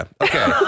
okay